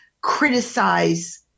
criticize